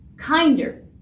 kinder